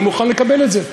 אני מוכן לקבל את זה,